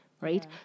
right